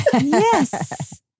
Yes